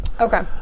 Okay